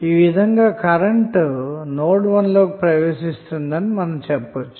ఈ విధంగా current node 1 లోకి ప్రవేశిస్తుందని చెప్పవచ్చు